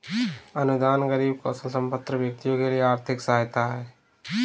अनुदान गरीब कौशलसंपन्न व्यक्तियों के लिए आर्थिक सहायता है